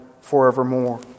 forevermore